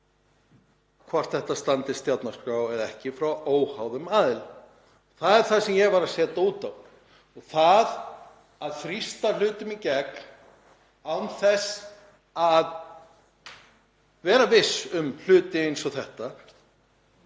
hvort þetta standist stjórnarskrá eða ekki frá óháðum aðila. Það er það sem ég var að setja út á. Það að þrýsta hlutum í gegn án þess að vera viss um hluti eins og þessa